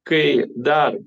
kai dar